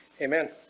Amen